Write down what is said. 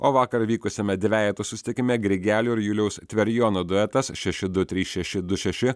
o vakar vykusiame dvejetų susitikime grigelio ir juliaus tverijono duetas šeši du trys šeši du šeši